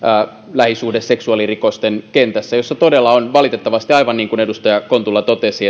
lähisuhde ja seksuaalirikosten kentässä jossa todella valitettavasti aivan niin kuin edustaja kontula totesi